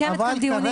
מקיימת כאן דיונים.